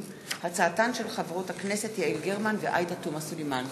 בהצעתן של חברות הכנסת יעל גרמן ועאידה תומא סלימאן